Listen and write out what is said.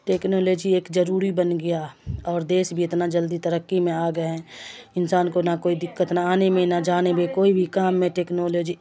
technology ایک ضروری بن گیا اور دیس بھی اتنا جلدی ترقی میں آ گئے ہیں انسان کو نہ کوئی دقت نہ آنے میں نہ جانے میں کوئی بھی کام میں ٹکنالوجی